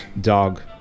dog